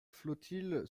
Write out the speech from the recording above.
flottille